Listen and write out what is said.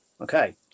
Okay